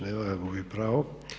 Nema ga, gubi pravo.